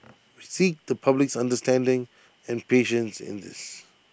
we seek the public's understanding and patience in this